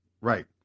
Right